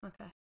okay